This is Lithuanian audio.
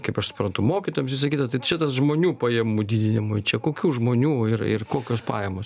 kaip aš suprantu mokytojams visa kita tai čia tas žmonių pajamų didinimui čia kokių žmonių ir ir kokios pajamos